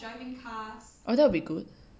oh that'll be good